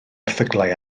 erthyglau